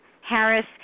Harris